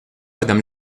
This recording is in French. madame